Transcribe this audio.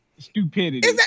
Stupidity